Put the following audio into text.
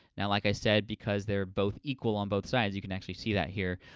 now, like i said, because they're both equal on both sides, you can actually see that here,